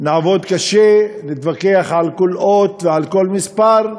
נעבוד קשה, נתווכח על כל אות ועל כל מספר,